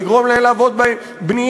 לגרום להם לעבוד בבנייה,